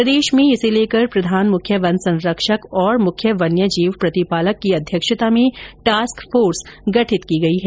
प्रदेश में भी इसे लेकर प्रधान मुख्य वन संरक्षक और मुख्य वन्य जीव प्रतिपालक की अध्यक्षता में टास्क फोर्स गठित की गई है